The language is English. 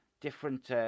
different